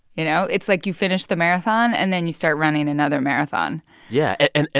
you know? it's like you finish the marathon, and then you start running another marathon yeah. and,